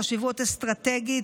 חשיבות אסטרטגית,